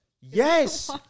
Yes